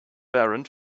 warrant